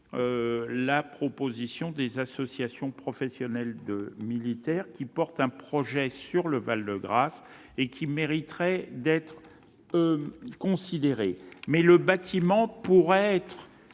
la proposition des associations professionnelles de militaires qui défendent un projet pour le Val-de-Grâce, lequel mériterait d'être considéré. Cela étant, le bâtiment pourrait être